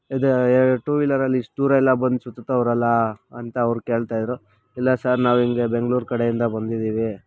ಇದು ಟೂ ವೀಲರಲ್ಲಿ ಇಷ್ಟು ದೂರ ಎಲ್ಲ ಬಂದು ಸುತ್ತತವ್ರಲ್ಲ ಅಂತ ಅವ್ರು ಕೇಳ್ತಾಯಿದ್ರು ಇಲ್ಲ ಸರ್ ನಾವು ಹೀಗೆ ಬೆಂಗ್ಳೂರು ಕಡೆಯಿಂದ ಬಂದಿದ್ದೀವಿ